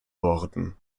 worden